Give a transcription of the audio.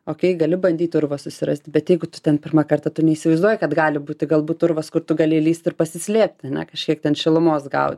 okei gali bandyt urvą susirast bet jeigu tu ten pirmą kartą tu neįsivaizduoji kad gali būti galbūt urvas kur tu gali įlįst ir pasislėpt ane kažkiek ten šilumos gaut